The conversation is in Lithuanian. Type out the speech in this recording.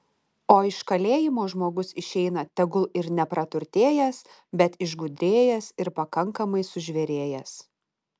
o iš kalėjimo žmogus išeina tegul ir nepraturtėjęs bet išgudrėjęs ir pakankamai sužvėrėjęs